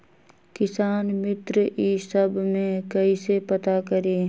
किसान मित्र ई सब मे कईसे पता करी?